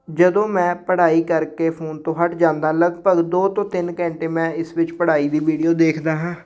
ਜਦੋਂ ਮੈਂ ਪੜ੍ਹਾਈ ਕਰਕੇ ਫੋਨ ਤੋਂ ਹਟ ਜਾਂਦਾ ਲਗਭਗ ਦੋ ਤੋਂ ਤਿੰਨ ਘੰਟੇ ਮੈਂ ਇਸ ਵਿੱਚ ਪੜ੍ਹਾਈ ਦੀ ਵੀਡੀਓ ਦੇਖਦਾ ਹਾਂ